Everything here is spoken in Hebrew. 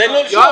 תן לו --- יואב,